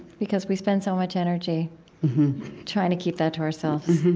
because we spend so much energy trying to keep that to ourselves